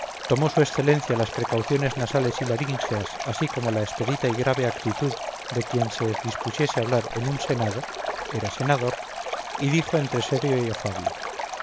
tomó su excelencia las precauciones nasales y laríngeas así como la expedita y grave actitud de quien se dispusiese a hablar en un senado era senador y dijo entre serio y afable